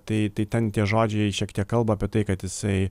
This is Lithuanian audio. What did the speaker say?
tai tai ten tie žodžiai šiek tiek kalba apie tai kad jisai